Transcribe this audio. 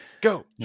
go